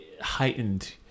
heightened